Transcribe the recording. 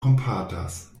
kompatas